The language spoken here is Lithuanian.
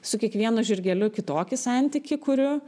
su kiekvienu žirgeliu kitokį santykį kuriu